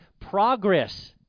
progress